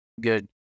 good